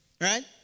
right